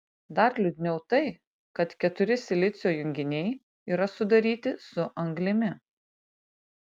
dar liūdniau tai kad keturi silicio junginiai yra sudaryti su anglimi